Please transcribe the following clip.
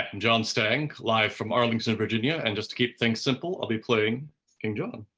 john stange, live from arlington, virginia and just to keep things simple i'll be playing king john